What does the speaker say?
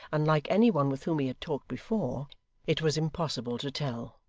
unlike any one with whom he had talked before it was impossible to tell.